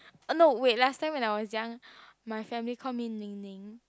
uh no last time when I was young my family call me Ning Ning